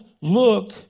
look